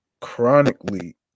Chronically